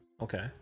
Okay